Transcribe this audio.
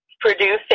producing